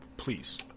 please